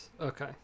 okay